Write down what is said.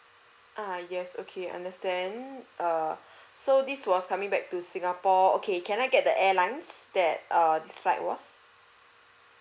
uh yes okay understand err so this was coming back to singapore okay can I get the airlines that err this flight was